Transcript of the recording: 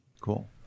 Cool